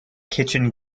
kitchen